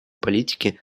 политики